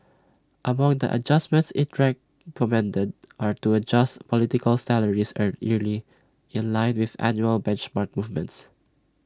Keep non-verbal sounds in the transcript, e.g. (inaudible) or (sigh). among the adjustments IT (unintelligible) commended are to adjust political salaries A yearly in line with annual benchmark movements